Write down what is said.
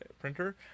printer